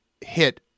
hit